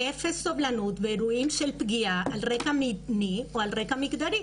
אפס סובלנות באירועים של פגיעה על רקע מיני או על רגע מגדרי.